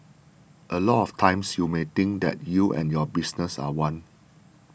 a lot of times you may think that you and your business are one